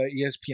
ESPN